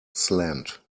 slant